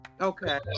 Okay